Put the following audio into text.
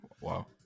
wow